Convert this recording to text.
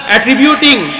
Attributing